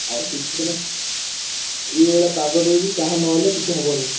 ଆଉ ଶୀତଦିନ ଏଇ ଭାଲିଆ ପାଗ ଦେଇଛି ଚାହା ନହେଲେ କିଛି ହବନି